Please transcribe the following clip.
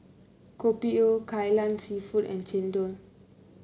Kopi O Kai Lan seafood and chendol